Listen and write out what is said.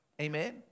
amen